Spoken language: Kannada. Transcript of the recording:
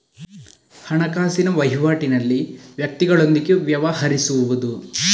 ಹಣಕಾಸಿನ ವಹಿವಾಟಿನಲ್ಲಿ ವ್ಯಕ್ತಿಗಳೊಂದಿಗೆ ವ್ಯವಹರಿಸುವುದು